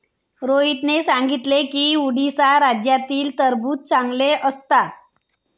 रोहितने सांगितले की उडीसा राज्यातील टरबूज चांगले असतात